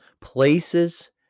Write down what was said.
places